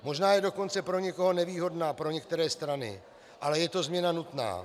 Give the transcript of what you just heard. Možná je dokonce pro někoho nevýhodná, pro některé strany, ale je to změna nutná.